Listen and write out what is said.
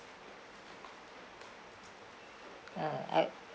uh I